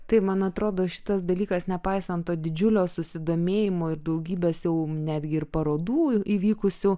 tai man atrodo šitas dalykas nepaisant to didžiulio susidomėjimo ir daugybės jau netgi ir parodų įvykusių